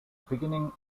beginning